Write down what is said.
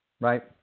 right